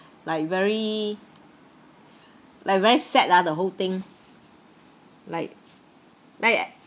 like very like very sad lah the whole thing like like